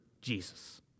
Jesus